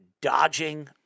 dodging